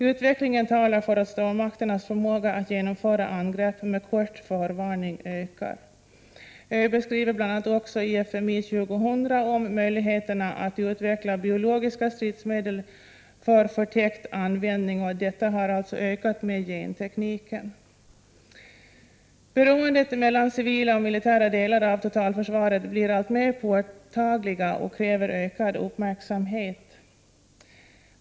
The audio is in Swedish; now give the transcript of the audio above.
Utvecklingen talar för att stormakternas förmåga att genomföra angrepp med kort förvarning ökar. ÖB skriver bl.a. i FMI 2000: ”Möjligheterna att utveckla biologiska stridsmedel för förtäckt användning har ökat med gentekniken.” Beroendet mellan civila och militära delar av totalförsvaret blir alltmer påtagligt och kräver ökad uppmärksamhet.